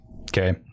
Okay